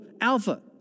Alpha